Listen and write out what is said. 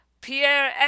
Pierre